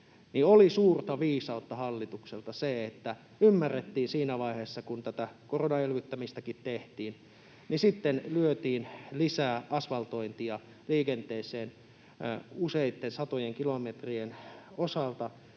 Oli suurta viisautta hallitukselta se, että ymmärrettiin siinä vaiheessa, kun tätä koronaelvyttämistäkin tehtiin, lyödä lisää asfaltointia liikenteeseen useitten satojen kilometrien osalta.